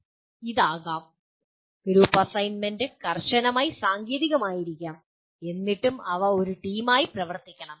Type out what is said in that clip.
ഇത് ആകാം group assignment കർശനമായി സാങ്കേതികമായിരിക്കാം എന്നിട്ടും അവർ ഒരു ടീമായി പ്രവർത്തിക്കണം